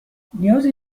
نیازی